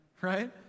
right